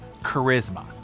charisma